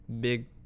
Big